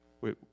wait